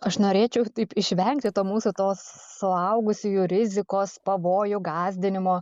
aš norėčiau taip išvengti to mūsų tos suaugusiųjų rizikos pavojų gąsdinimo